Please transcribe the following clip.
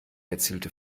erzielte